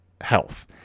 health